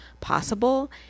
possible